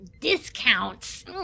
discounts